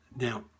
Now